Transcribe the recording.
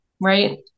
right